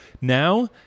Now